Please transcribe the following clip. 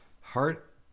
heart